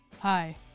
Hi